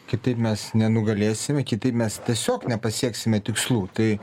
kitaip mes nenugalėsim kitaip mes tiesiog nepasieksime tikslų tai